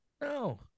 No